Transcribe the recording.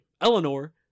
Eleanor